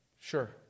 sure